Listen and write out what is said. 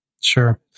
Sure